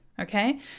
Okay